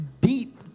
deep